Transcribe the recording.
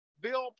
bill